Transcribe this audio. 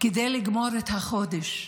כדי לגמור את החודש,